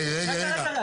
תראו, רגע, רגע, רגע.